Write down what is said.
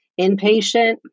inpatient